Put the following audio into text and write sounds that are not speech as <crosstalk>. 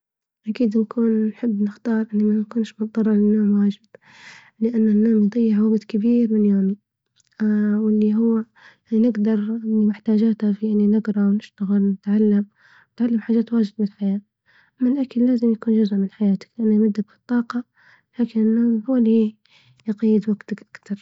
أكيد نكون نحب نختار إني ما نكونش مضطرة للنوم واجد، لإن النوم يضيع وقت كبيييرمن يومي. <hesitation> واللي هو نقدرإني محتاجاته في يعني نقرا، ونشتغل، نتعلم. نتعلم حاجات واجد بالحياة أما الأكل لازم يكون جزء من حياتك لانه يمدك بالطاقة لكن النوم يقيد وقتك أكثر.